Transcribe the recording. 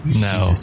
No